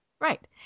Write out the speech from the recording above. Right